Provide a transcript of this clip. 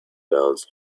bounds